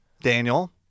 Daniel